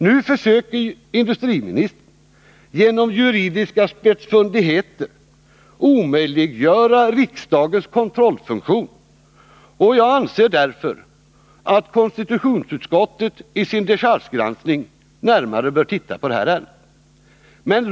Nu försöker industriministern genom juridiska spetsfundigheter omöjliggöra riksdagens kontrollfunktion, och jag anser därför att konstitutionsutskottet i sin dechargegranskning närmare bör se på detta ärende.